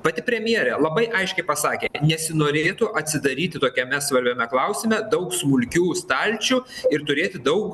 pati premjerė labai aiškiai pasakė nesinorėtų atsidaryti tokiame svarbiame klausime daug smulkių stalčių ir turėti daug